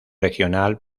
regional